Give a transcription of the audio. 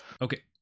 Okay